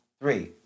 Three